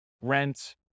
rent